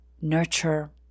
nurture